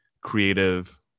creative